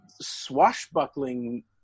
swashbuckling